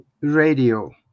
radio